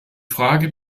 frage